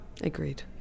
agreed